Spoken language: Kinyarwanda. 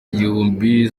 igihumbi